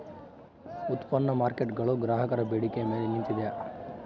ಉತ್ಪನ್ನ ಮಾರ್ಕೇಟ್ಗುಳು ಗ್ರಾಹಕರ ಬೇಡಿಕೆಯ ಮೇಲೆ ನಿಂತಿದ